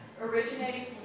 originating